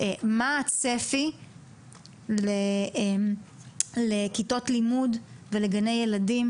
לגבי מה הצפי הכמותי לבניה של כיתות לימוד וגני ילדים